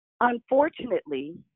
Unfortunately